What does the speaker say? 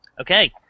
Okay